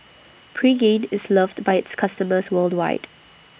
Pregain IS loved By its customers worldwide